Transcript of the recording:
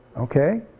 okay.